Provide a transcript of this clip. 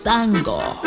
Tango